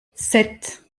sept